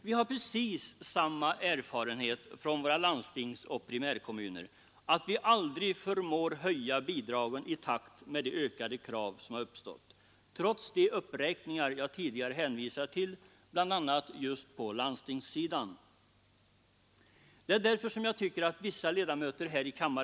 Vi har precis samma erfarenhet från våra landstingsoch primärkommuner, nämligen att vi, trots de uppräkningar jag tidigare hänvisat till bl.a. på landstingssidan, aldrig förmår höja bidragen i takt med de ökade krav som uppstått.